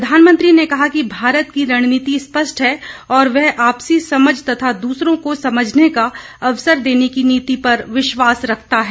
प्रधानमंत्री ने कहा कि भारत की रणनीति स्पष्ट है और वह आपसी समझ तथा दूसरों को समझने का अवसर देने की नीति पर विश्वास रखता है